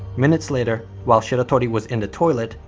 minutes later, while shiratori was in the toilet,